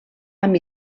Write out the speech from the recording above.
amb